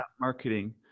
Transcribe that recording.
marketing